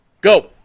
Go